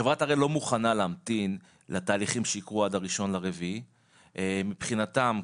חברת הראל לא מוכנה להמתין לתהליכים שיקרו עד ה- 1.4.2023. מבחינתם,